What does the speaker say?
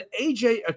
AJ